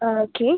അ okay